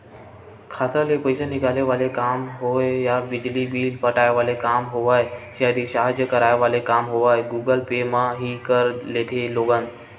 खाता ले पइसा निकाले वाले काम होय या बिजली बिल पटाय वाले काम होवय या रिचार्ज कराय वाले काम होवय गुगल पे म ही कर लेथे लोगन